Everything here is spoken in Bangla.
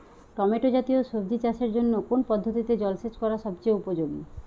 টমেটো জাতীয় সবজি চাষের জন্য কোন পদ্ধতিতে জলসেচ করা সবচেয়ে উপযোগী?